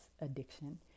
addiction